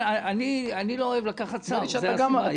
לכן אני לא אוהב לקחת תפקיד שר, זו הסיבה.